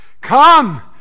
Come